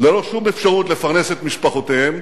ללא שום אפשרות לפרנס את משפחותיהם,